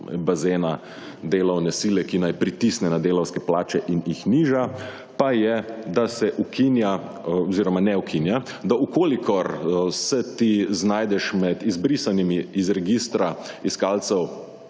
bazena, delovne sile, ki naj pritisne na delavske plače in jih niža pa je, da se ukinja oziroma ne ukinja, da v kolikor se ti znajdeš med izbrisanimi iz registra iskalcev